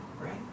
right